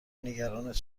نگرانت